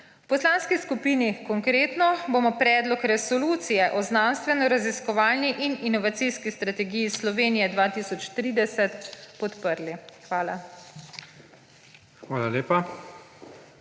V Poslanski skupini Konkretno bomo Predlog resolucije o znanstvenoraziskovalni in inovacijski strategiji Slovenije 2030 podprli. Hvala.